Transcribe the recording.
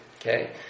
Okay